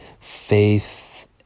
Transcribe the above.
faith